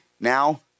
Now